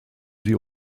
sie